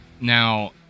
Now